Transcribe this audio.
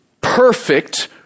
perfect